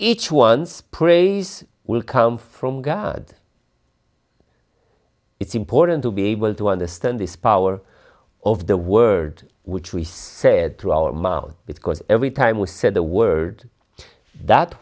each one's praise will come from god it's important to be able to understand this power of the word which we said to our mouth because every time we said the word that